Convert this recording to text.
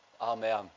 Amen